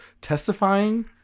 testifying